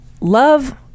love